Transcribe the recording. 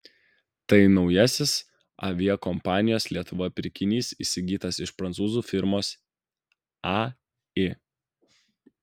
tai naujasis aviakompanijos lietuva pirkinys įsigytas iš prancūzų firmos ai